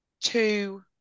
two